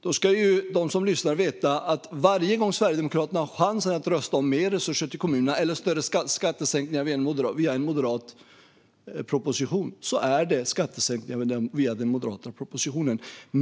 Då ska de som lyssnar veta att varje gång Sverigedemokraterna har chansen att rösta om antingen mer resurser till kommunerna eller större skattesänkningar via en moderat budgetmotion blir det skattesänkningar via den moderata budgetmotionen.